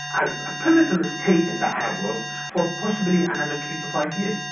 and a pivotal state in the arab world, for possibly another three to five years.